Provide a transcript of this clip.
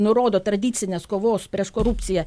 nurodo tradicinės kovos prieš korupciją